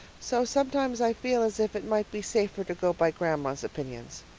so sometimes i feel as if it might be safer to go by grandma's opinions.